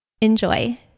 Enjoy